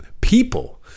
people